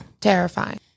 Terrifying